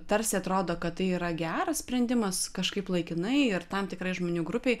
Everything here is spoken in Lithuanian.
tarsi atrodo kad tai yra geras sprendimas kažkaip laikinai ir tam tikrai žmonių grupei